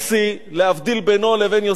להבדיל בינו לבין יוסף הצדיק,